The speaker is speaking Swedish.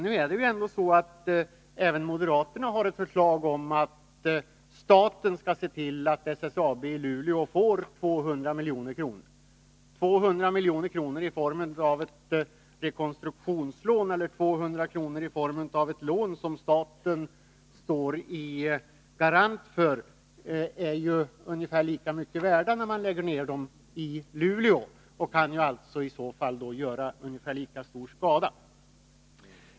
Nu är det ändå så att även moderaterna har ett förslag om att staten skall se till att SSAB i Luleå får 200 milj.kr. Och 200 milj.kr. i form av ett rekonstruktionslån eller 200 milj.kr. i form av ett lån som staten står som garant för är ju ungefär lika mycket värt, när man lägger ner pengarna i Luleå, och kan alltså göra ungefär lika stor skada.